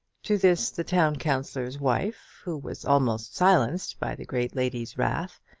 to this the town councillor's wife, who was almost silenced by the great lady's wrath,